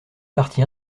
partie